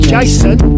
Jason